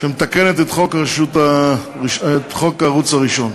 שמתקנת את חוק הערוץ הראשון.